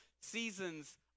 seasons